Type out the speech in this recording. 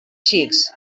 xics